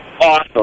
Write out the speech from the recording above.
awesome